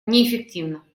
неэффективно